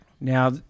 Now